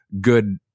good